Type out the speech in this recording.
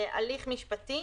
הליך משפטי